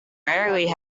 rarely